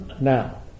now